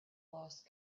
lost